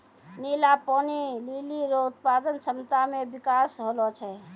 नीला पानी लीली रो उत्पादन क्षमता मे बिकास होलो छै